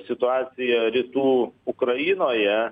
situacija rytų ukrainoje